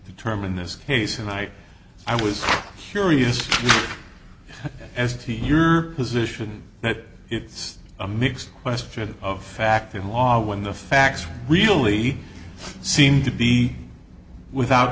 determine this case and i i was curious as to your position that it's a mixed question of fact in law when the facts really seem to be without